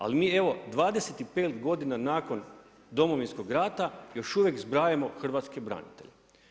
Ali mi evo 25 godina nakon Domovinskog rata još uvijek zbrajamo hrvatske branitelje.